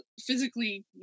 physically